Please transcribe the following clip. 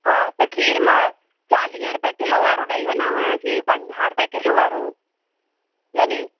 हा त खीर मां चालीह रुपए किलो ॾेई वञाव की पंजाह रुपए किलो वारो यानी